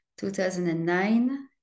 2009